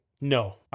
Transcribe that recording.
No